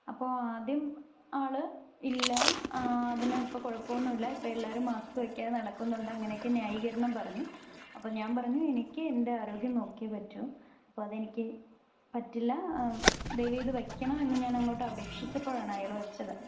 അപ്പോൾ ആദ്യം ആള് ഇല്ല അതിന് ഇപ്പോൾ കുഴപ്പമൊന്നുമില്ല ഇപ്പോൾ എല്ലാരും മാസ്ക് വെക്കാതെ നടക്കുന്നുണ്ട് അങ്ങനെയൊക്കെ ന്യായികരണം പറഞ്ഞു അപ്പോൾ ഞാൻ പറഞ്ഞു എനിക്ക് എൻ്റെ ആരോഗ്യം നോക്കിയേ പറ്റു അപ്പോൾ അത് എനിക്ക് പറ്റില്ല ദയവ്ചെയ്ത് വെക്കണം എന്ന് ഞാൻ അങ്ങോട്ട് അപേക്ഷിച്ചപ്പോഴാണ് അയാള് വെച്ചത്